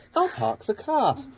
i'll park the car!